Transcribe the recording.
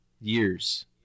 years